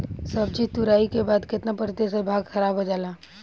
सब्जी तुराई के बाद केतना प्रतिशत भाग खराब हो जाला?